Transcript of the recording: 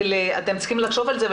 אתם צריכים לחשוב על זה,